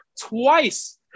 Twice